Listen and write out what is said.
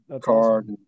card